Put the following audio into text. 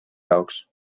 jaoks